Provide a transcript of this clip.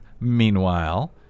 meanwhile